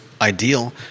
ideal